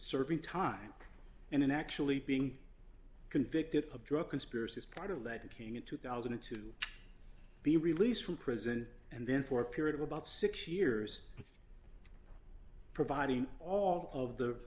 serving time and then actually being convicted of drug conspiracy as part of that came in two thousand and two to be released from prison and then for a period of about six years providing all of the